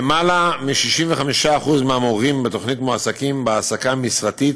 למעלה מ־65% מהמורים בתוכנית מועסקים בהעסקה משרתית,